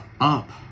up